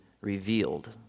revealed